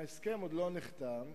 ההסכם עוד לא נחתם,